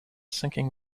sinking